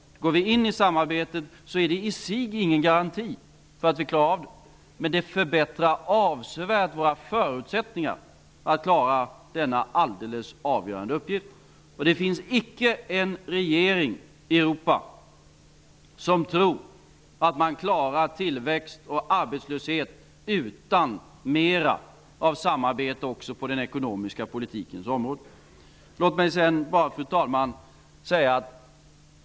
Att gå in i samarbetet är i sig ingen garanti för att vi klarar av det, men det förbättrar avsevärt våra förutsättningar för att klara denna alldeles avgörande uppgift. Det finns icke en regering i Europa som tror att man klarar tillväxt och arbetslöshet utan mer av samarbete också på den ekonomiska politikens område. Fru talman!